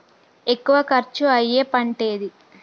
ఎక్కువ ఖర్చు అయ్యే పంటేది?